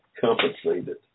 compensated